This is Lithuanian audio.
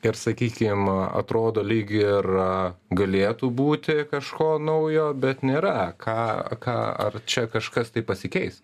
ir sakykim atrodo lyg ir galėtų būti kažko naujo bet nėra ką ką ar čia kažkas tai pasikeis